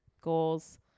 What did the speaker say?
goals